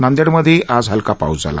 नांदेडमधेही आज हलका पाऊस झाला